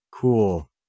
Cool